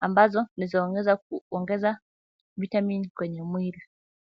ambazo ni za kuongeza vitamin kwenye mwili.